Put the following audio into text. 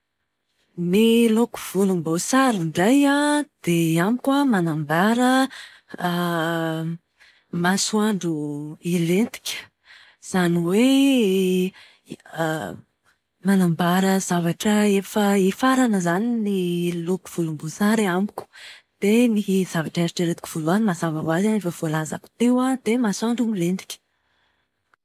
Ny loko volomboasary indray an, dia amiko an manambara masoandro hilentika. Izany hoe manambara zavatra efa hifarana izany ny loko volomboasary amiko. Dia ny zavatra eritreretiko voalohany mazava ho azy an, efa voalazako teo an, dia ny masoandro milentika.